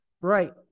Right